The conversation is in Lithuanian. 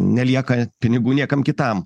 nelieka pinigų niekam kitam